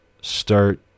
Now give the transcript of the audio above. start